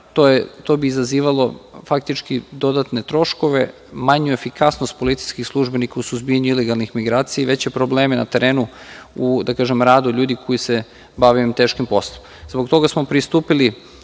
to bi izazivalo dodatne troškove, manju efikasnost policijskih službenika u suzbijanju ilegalnih migracija i veće probleme na terenu u radu ljudi koji se bave ovim teškim poslom.